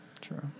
True